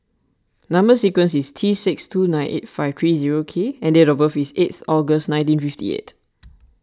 Number Sequence is T six two nine eight five three zero K and date of birth is eighth August nineteen fifty eight